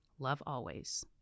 lovealways